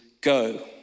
go